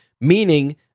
Meaning